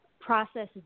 process